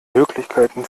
möglichkeiten